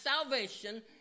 salvation